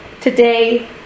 today